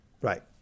Right